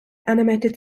animated